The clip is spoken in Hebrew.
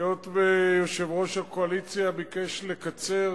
היות שיושב-ראש הקואליציה ביקש לקצר,